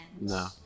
no